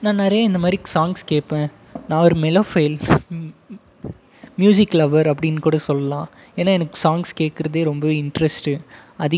நான் நிறைய இந்த மாதிரி சாங்ஸ் கேட்பேன் நான் ஒரு மெலோஃபயில் மியூசிக் லவர் அப்படினு கூட சொல்லலாம் ஏன்னால் எனக்கு சாங்ஸ் கேட்குறதே ரொம்பவே இன்ட்ரெஸ்ட்டு அடிக்